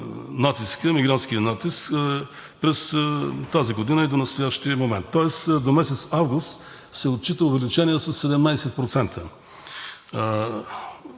мигрантският натиск през тази година и до настоящия момент, тоест до месец август се отчита увеличение със 17%